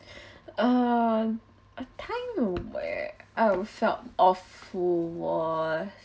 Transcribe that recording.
err a time of where I would felt awful was